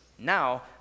Now